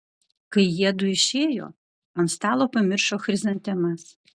kai jiedu išėjo ant stalo pamiršo chrizantemas